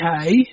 okay